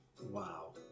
Wow